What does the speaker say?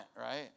right